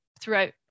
throughout